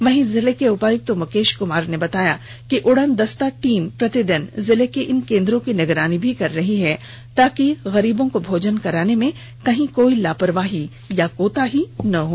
वहीं जिले के उपायुक्त मुकेश कुमार ने बताया कि उड़नदस्ता टीम प्रतिदिन जिले के इन केंद्रों की निगरानी भी कर रही है ताकि गरीबों को भोजन कराने में कहीं कोई लापरवाही या कोताही न हो